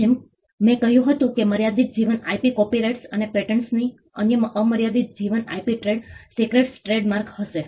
જેમ મેં કહ્યું હતું કે મર્યાદિત જીવન IP કોપીરાઇટ્સ અને પેટન્ટ્સ અન્ય અમર્યાદિત જીવન IP ટ્રેડ સિક્રેટ્સ ટ્રેડમાર્ક હશે